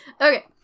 Okay